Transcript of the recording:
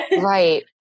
Right